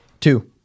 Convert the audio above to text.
Two